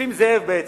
נסים זאב בעצם.